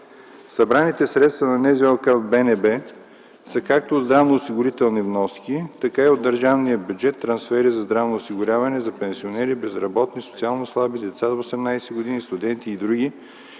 Събраните средства на НЗОК в БНБ са както здравноосигурителни вноски, така и от държавния бюджет – трансфери за здравно осигуряване, за пенсионери, безработни, социално слаби, деца до 18 години, студенти и др.,